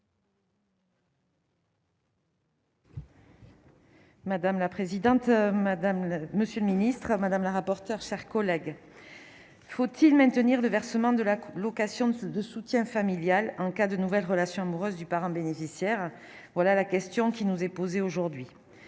Madame la présidente, madame, monsieur le ministre madame la rapporteure, chers collègues, faut-il maintenir le versement de la location de ce de soutien familial en cas de nouvelles relations amoureuses du parent bénéficiaire, voilà la question qui nous est posée, aujourd'hui,